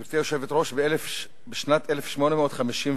גברתי היושבת-ראש, בשנת 1857